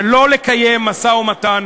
שלא לקיים משא-ומתן